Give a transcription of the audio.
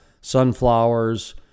sunflowers